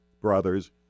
brothers